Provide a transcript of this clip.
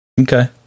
Okay